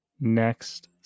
next